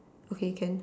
okay can